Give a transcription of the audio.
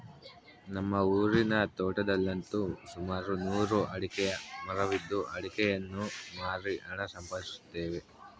ನಮ್ಮ ಊರಿನ ತೋಟದಲ್ಲಂತು ಸುಮಾರು ನೂರು ಅಡಿಕೆಯ ಮರವಿದ್ದು ಅಡಿಕೆಯನ್ನು ಮಾರಿ ಹಣ ಸಂಪಾದಿಸುತ್ತೇವೆ